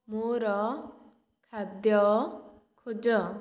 ମୋର ଖାଦ୍ୟ ଖୋଜ